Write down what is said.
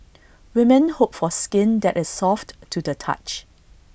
women hope for skin that is soft to the touch